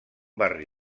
barri